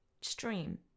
stream